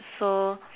so